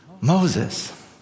moses